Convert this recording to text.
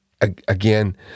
again